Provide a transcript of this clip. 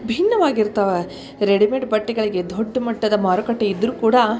ಭಿನ್ನವಾಗಿ ಇರ್ತಾವೆ ರೆಡಿಮೇಡ್ ಬಟ್ಟೆಗಳಿಗೆ ದೊಡ್ಡ ಮಟ್ಟದ ಮಾರುಕಟ್ಟೆ ಇದ್ದರೂ ಕೂಡ